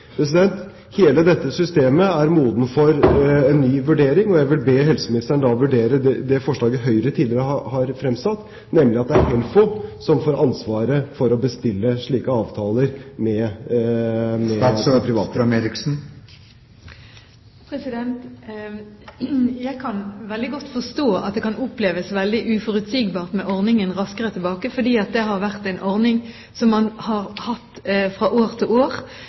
Hele dette systemet er modent for ny vurdering, og jeg vil be helseministeren om å vurdere det forslaget Høyre tidligere har fremsatt, nemlig at det er HELFO som får ansvaret for å bestille slike avtaler med private. Jeg kan veldig godt forstå at det kan oppleves veldig uforutsigbart med ordningen Raskere tilbake. Det har vært en ordning som man har hatt fra år til år,